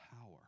power